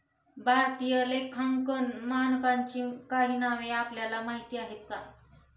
भारतीय लेखांकन मानकांची काही नावं आपल्याला माहीत आहेत का?